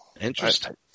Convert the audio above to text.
Interesting